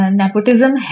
nepotism